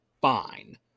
Fine